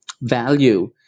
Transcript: value